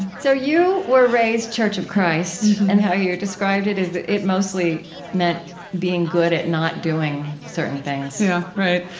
so you were raised church of christ and how you described it as it mostly meant being good at not doing certain things yeah, right.